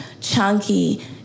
chunky